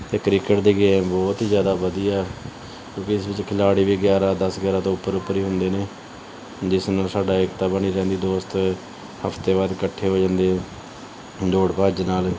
ਅਤੇ ਕ੍ਰਿਕਟ ਦੀ ਗੇਮ ਬਹੁਤ ਹੀ ਜ਼ਿਆਦਾ ਵਧੀਆ ਕਿਉਂਕਿ ਇਸ ਵਿੱਚ ਖਿਲਾੜੀ ਵੀ ਗਿਆਰਾਂ ਦਸ ਗਿਆਰਾਂ ਤੋਂ ਉੱਪਰ ਉੱਪਰ ਹੀ ਹੁੰਦੇ ਨੇ ਜਿਸ ਨਾਲ ਸਾਡੀ ਏਕਤਾ ਬਣੀ ਰਹਿੰਦੀ ਦੋਸਤ ਹਫਤੇ ਬਾਅਦ ਇਕੱਠੇ ਹੋ ਜਾਂਦੇ ਦੌੜ ਭੱਜ ਨਾਲ